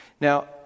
Now